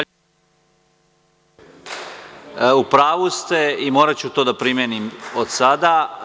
U pravu ste i moraću to da primenim od sada.